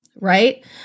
Right